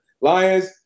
Lions